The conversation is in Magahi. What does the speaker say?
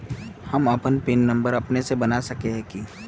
हम अपन पिन नंबर अपने से बना सके है की?